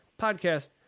podcast